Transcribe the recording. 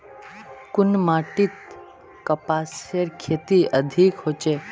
कुन माटित कपासेर खेती अधिक होचे?